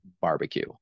barbecue